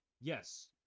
Yes